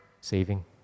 saving